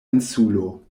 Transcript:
insulo